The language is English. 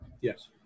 Yes